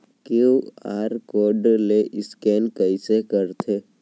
QR code ले scan कइसे करथे?